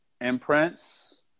imprints